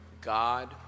God